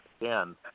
again